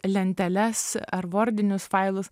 lenteles ar vordinius failus